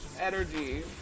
energy